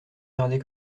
regardez